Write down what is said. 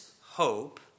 hope